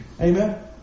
Amen